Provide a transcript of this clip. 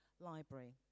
Library